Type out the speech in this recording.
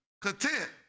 content